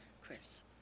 Chris